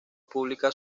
pública